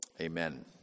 Amen